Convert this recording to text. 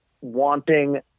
wanting –